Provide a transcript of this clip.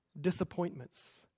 disappointments